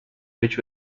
which